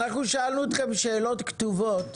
אנחנו שאלנו אתכם שאלות כתובות,